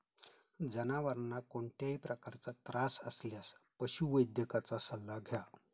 जनावरांना कोणत्याही प्रकारचा त्रास असल्यास पशुवैद्यकाचा सल्ला घ्यावा